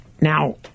Now